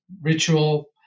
ritual